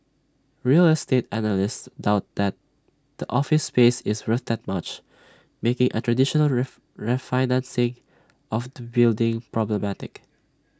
real estate analysts doubt that the office space is worth that much making A traditional refinancing of the building problematic